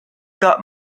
got